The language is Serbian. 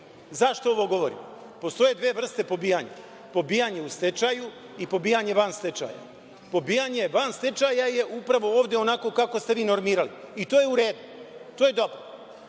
ovo govorim? Postoje dve vrste pobijanja: pobijanje u stečaju i pobijanje van stečaja. Pobijanje van stečaja je upravo ovde onako kako ste vi normirali i to je u redu, to je dobro.